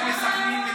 מסח'נין,